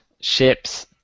ships